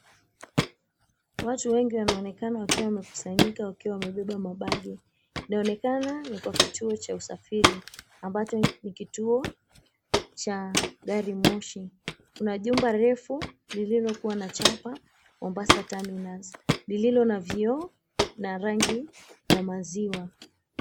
Watu wengi wanaonekana wakiwa wamekusanyika wakiwa wamebeba mabagi, inaonekana ni kwa kituo cha usafiri ambacho ni kituo cha garimoshi. Kuna jumba refu lililokua na chapa Mombasa Terminus lililo na vioo na rangi ya maziwa.